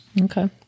Okay